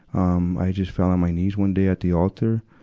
um, i just fell on my knees one day at the altar,